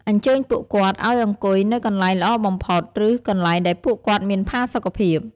អញ្ជើញពួកគាត់ឲ្យអង្គុយនៅកន្លែងល្អបំផុត ឬកន្លែងដែលពួកគាត់មានផាសុកភាព។